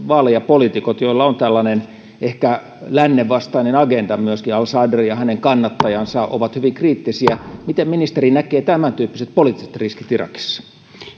vaaleja poliitikot joilla on tällainen ehkä lännen vastainen agenda myöskin al sadr ja hänen kannattajansa ovat hyvin kriittisiä miten ministeri näkee tämän tyyppiset poliittiset riskit irakissa